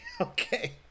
Okay